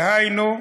דהיינו,